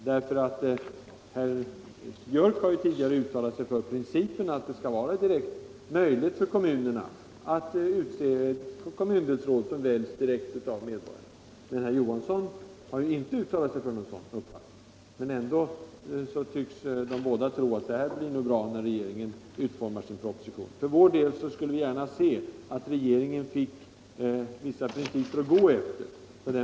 Herr Björck har tidigare uttalat sig för principen att det skall vara möjligt för kommunerna att utse kommundelsråd som väljs direkt av medborgarna. Herr Johansson har inte uttalat sig för en sådan uppfattning. Ändå tycks båda tro att det här blir nog bra, när regeringen utformar sin proposition. För vår del skulle vi gärna se att regeringen fick vissa principer att gå efter.